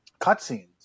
cutscenes